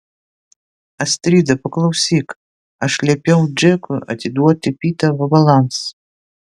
astrida paklausyk aš liepiau džekui atiduoti pitą vabalams